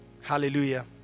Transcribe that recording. Hallelujah